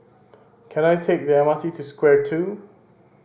can I take the M R T to Square Two